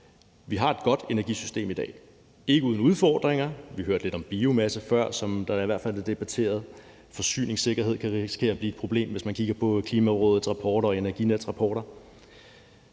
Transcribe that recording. vi har et godt energisystem i dag. Det er ikke uden udfordringer: Vi hørte lidt om biomasse før, som i hvert fald har været debatteret; forsyningssikkerhed kan risikere at blive et problem, hvis man kigger på Klimarådets rapporter og Energinets rapporter.